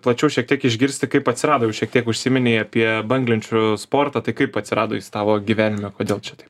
plačiau šiek tiek išgirsti kaip atsirado jau šiek tiek užsiminei apie banglenčių sportą tai kaip atsirado jis tavo gyvenime kodėl čia taip